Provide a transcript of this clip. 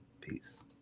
Peace